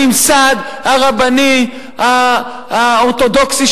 הממסד הרבני האורתודוקסי,